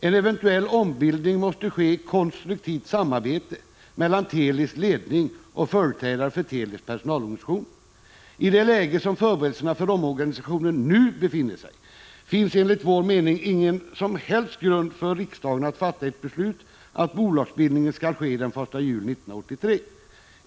En eventuell ombildning måste ske i konstruktivt samarbete mellan Telis ledning och företrädare för Telis personalorganisationer. I det läge som förberedelserna för omorganisationen nu befinner sig finns enligt vår mening ingen som helst grund för riksdagen att fatta ett beslut att bolagsbildningen skall ske den 1 juli 1983.